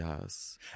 Yes